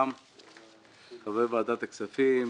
חברי ועדת הכספים,